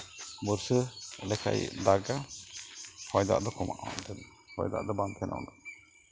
ᱵᱚᱨᱥᱟ ᱞᱮᱠᱟᱭ ᱫᱟᱜᱟ ᱦᱚᱭ ᱫᱟᱜ ᱫᱚ ᱠᱚᱢᱚᱜᱼᱟ ᱚᱱᱛᱮ ᱫᱚ ᱦᱚᱭ ᱫᱟᱜ ᱫᱚ ᱵᱟᱝ ᱛᱟᱦᱮᱱᱟ ᱩᱱᱟᱹᱜ